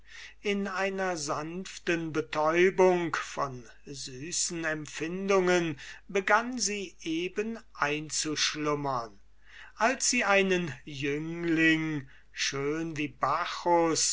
in einer sanften betäubung von süßen empfindungen begann sie eben einzuschlummern als sie einen jüngling schön wie bacchus